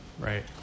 Right